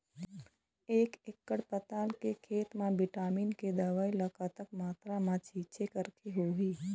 एक एकड़ पताल के खेत मा विटामिन के दवई ला कतक मात्रा मा छीचें करके होही?